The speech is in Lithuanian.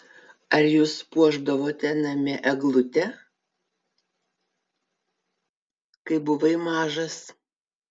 ar jūs puošdavote namie eglutę kai buvai mažas